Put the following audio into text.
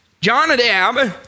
Jonadab